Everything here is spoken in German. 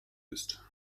ist